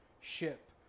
ship